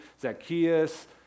Zacchaeus